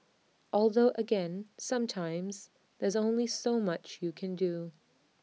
although again sometimes there's only so much you can do